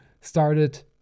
started